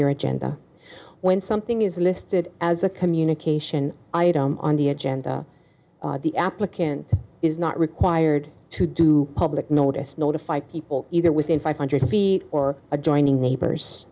your agenda when something is listed as a communication item on the agenda the applicant is not required to do public notice notify people either within five hundred feet or adjoining neighbors